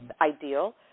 ideal